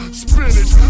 spinach